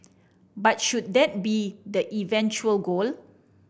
but should that be the eventual goal